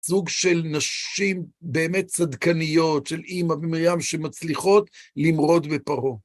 סוג של נשים באמת צדקניות, של אימא ומרים שמצליחות למרוד בפרעה.